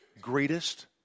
greatest